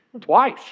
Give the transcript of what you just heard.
Twice